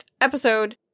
episode